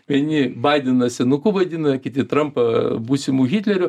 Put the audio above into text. vieni baideną senuku vaidina kiti trampą būsimu hitleriu